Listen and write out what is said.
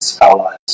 allies